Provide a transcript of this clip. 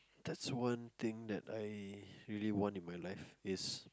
there is one thing that I really want in my life is